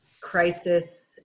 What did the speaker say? crisis